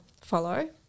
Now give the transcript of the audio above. follow